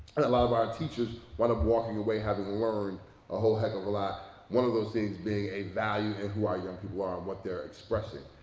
a lot of our teachers, one of them walking away having learned a whole heck of a lot, one of those things being a value in who our young people are and what they're expressing.